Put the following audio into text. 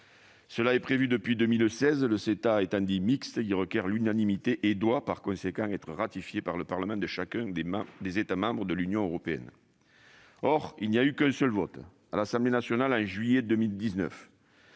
cela est prévu depuis 2016 : le CETA étant « mixte », il requiert l'unanimité et doit par conséquent être ratifié par le Parlement de chacun des États membres de l'Union européenne. Or il n'y a eu qu'un seul vote, à l'Assemblée nationale, en juillet 2019